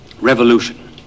revolution